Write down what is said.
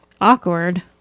awkward